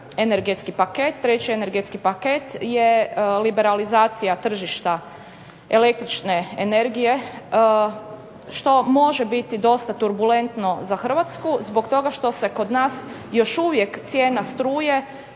treći energetski paket je liberalizacija tržišta električne energije, što može biti dosta turbulentno za Hrvatsku, zbog toga što se kod nas još uvijek cijena struje